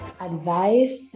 Advice